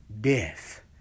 death